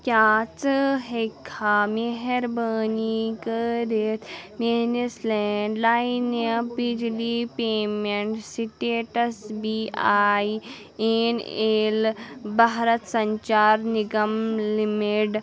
کیٛاہ ژٕ ہیٚکہِ کھا مہربٲنی کٔرِتھ میٛٲنِس لینٛڈ لاین بجلی payment status B A N L Bharat Sanchar Nigam limited